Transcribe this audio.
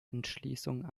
entschließung